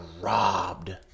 robbed